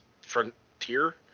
Frontier